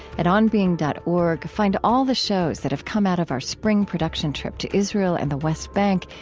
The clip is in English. at onbeing dot org, find all the shows that have come out of our spring production trip to israel and the west bank,